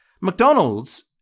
McDonald's